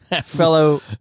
Fellow